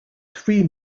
three